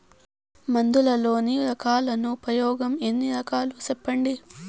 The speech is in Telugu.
మందులలోని రకాలను ఉపయోగం ఎన్ని రకాలు? సెప్పండి?